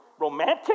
romantic